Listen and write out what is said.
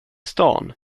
stan